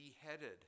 beheaded